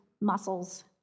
muscles